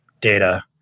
data